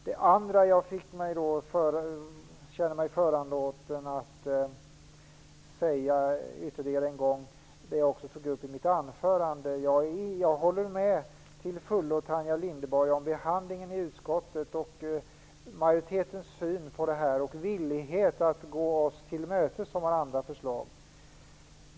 Det andra jag känner mig föranlåten att säga ytterligare än gång - jag tog också upp det i mitt anförande - är att jag till fullo håller med Tanja Linderborg om behandlingen i utskottet, majoritetens syn på ärendet och villigheten att gå oss till mötes som har andra förslag.